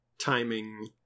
Timing